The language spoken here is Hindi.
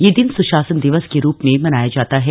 यह दिन सुशासन दिवस के रूप में मनाया जाता है